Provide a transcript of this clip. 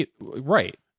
right